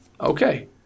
okay